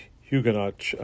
Huguenot